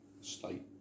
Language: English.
state